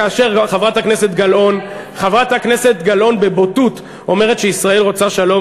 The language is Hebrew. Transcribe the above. כאשר חברת הכנסת גלאון בבוטות אומרת שישראל לא רוצה שלום,